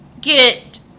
get